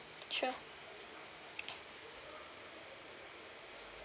sure